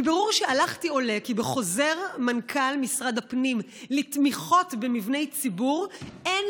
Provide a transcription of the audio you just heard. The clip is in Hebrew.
מבירור שערכתי עולה כי בחוזר מנכ"ל משרד הפנים לתמיכות במבני ציבור אין,